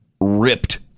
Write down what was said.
ripped